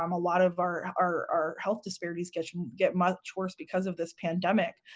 um a lot of our our health disparities get get much worst because of this pandemic.